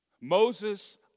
Moses